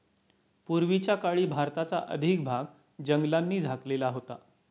पूर्वीच्या काळी भारताचा अधिक भाग जंगलांनी झाकलेला होता